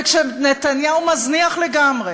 וכשנתניהו מזניח לגמרי